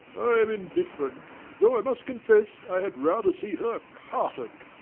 i am indifferent, though i must confess, i had rather see her carted.